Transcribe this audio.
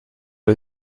est